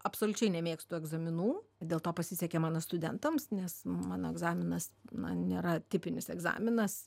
absoliučiai nemėgstu egzaminų dėl to pasisekė mano studentams nes mano egzaminas na nėra tipinis egzaminas